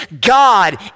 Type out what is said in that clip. God